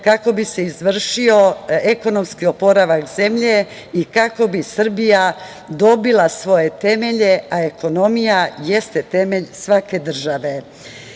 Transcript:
kako bi se izvršio ekonomski oporavak zemlje i kako bi Srbija dobila svoje temelje, a ekonomija jeste temelj svake države. Moram